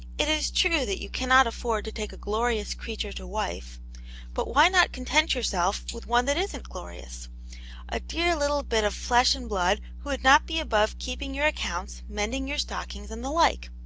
it is true that you cannot afford to take a glorious crea ture to wife but why not content yourself with one that isn't glorious a dear little bit of flesh and blood, who would not be above keeping your accounts, mending your stockings and the like?